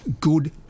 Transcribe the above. good